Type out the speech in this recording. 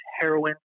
heroin